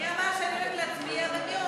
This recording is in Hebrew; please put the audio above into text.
מי אמר שאני הולכת להצביע על זה?